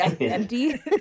empty